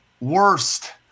worst